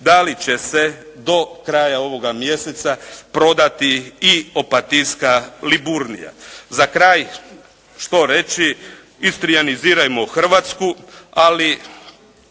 da li će se do kraja ovoga mjeseca prodati i opatijska Liburnia. Za kraj, što reći, istrijanizirajmo Hrvatsku, ali